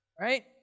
Right